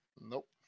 Nope